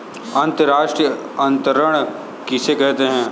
अंतर्राष्ट्रीय अंतरण किसे कहते हैं?